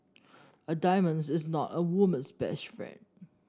a diamonds is not a woman's best friend